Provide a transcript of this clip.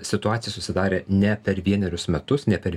situacija susidarė ne per vienerius metus ne per